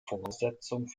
voraussetzung